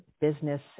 business